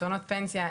קרנות פנסיה,